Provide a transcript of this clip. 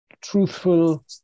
truthful